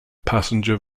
passenger